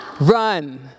Run